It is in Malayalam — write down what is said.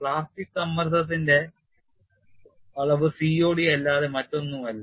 പ്ലാസ്റ്റിക് സമ്മർദ്ദത്തിന്റെ അളവ് COD അല്ലാതെ മറ്റൊന്നുമല്ല